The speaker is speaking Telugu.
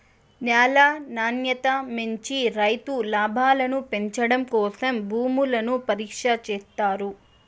న్యాల నాణ్యత పెంచి రైతు లాభాలను పెంచడం కోసం భూములను పరీక్ష చేత్తారు